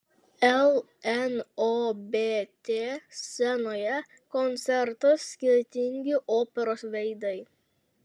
lnobt scenoje koncertas skirtingi operos veidai